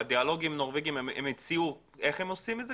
בדיאלוג עם הנורבגים הם הציעו איך לעשות את זה?